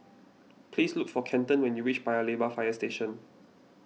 please look for Kenton when you reach Paya Lebar Fire Station